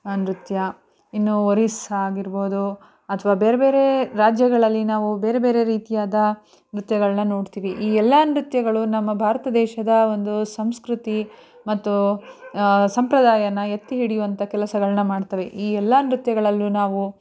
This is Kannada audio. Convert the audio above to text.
ನೃತ್ಯ ಇನ್ನೂ ಒರಿಸ್ಸಾ ಆಗಿರ್ಬೋದು ಅಥವಾ ಬೇರೆ ಬೇರೆ ರಾಜ್ಯಗಳಲ್ಲಿ ನಾವು ಬೇರೆ ಬೇರೆ ರೀತಿಯಾದ ನೃತ್ಯಗಳನ್ನ ನೋಡ್ತೀವಿ ಈ ಎಲ್ಲ ನೃತ್ಯಗಳು ನಮ್ಮ ಭಾರತ ದೇಶದ ಒಂದು ಸಂಸ್ಕೃತಿ ಮತ್ತು ಸಂಪ್ರದಾಯನ ಎತ್ತಿ ಹಿಡಿಯುವಂಥ ಕೆಲಸಗಳನ್ನ ಮಾಡ್ತವೆ ಈ ಎಲ್ಲ ನೃತ್ಯಗಳಲ್ಲೂ ನಾವು